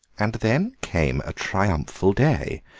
and then came a triumphal day,